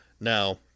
Now